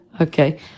okay